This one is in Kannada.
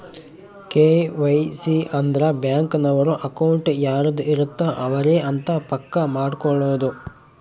ಕೆ.ವೈ.ಸಿ ಅಂದ್ರ ಬ್ಯಾಂಕ್ ನವರು ಅಕೌಂಟ್ ಯಾರದ್ ಇರತ್ತ ಅವರೆ ಅಂತ ಪಕ್ಕ ಮಾಡ್ಕೊಳೋದು